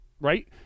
Right